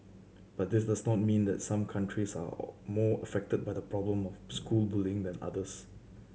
but this does not mean that some countries are more affected by the problem of school bullying than others